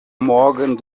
morgan